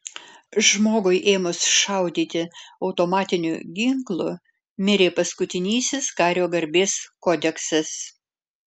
žmogui ėmus šaudyti automatiniu ginklu mirė paskutinysis kario garbės kodeksas